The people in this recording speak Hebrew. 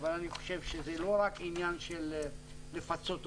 אבל אני חושב שזה לא רק עניין של לפצות אותם.